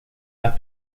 las